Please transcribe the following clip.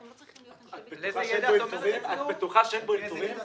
אתם לא צריכים להיות אנשי מקצוע --- את בטוחה שאין בו אלתורים?